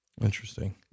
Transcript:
Interesting